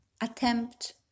attempt